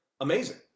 amazing